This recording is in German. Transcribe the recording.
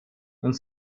und